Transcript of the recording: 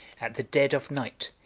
at the dead of night,